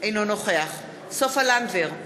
אינו נוכח סופה לנדבר,